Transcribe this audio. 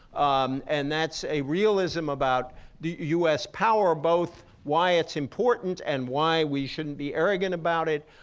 um and that's a realism about the u s. power, both why it's important and why we shouldn't be arrogant about it.